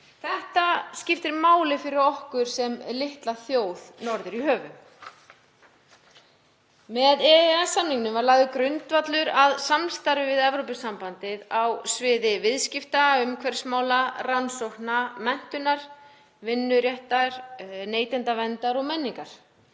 Þetta skiptir máli fyrir okkur sem litla þjóð norður í höfum. Með EES-samningnum var lagður grundvöllur að samstarfi við Evrópusambandið á sviði viðskipta, umhverfismála, rannsókna, menntunar, vinnuréttar, neytendaverndar og menningar,